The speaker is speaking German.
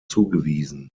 zugewiesen